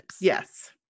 Yes